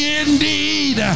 indeed